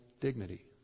dignity